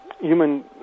human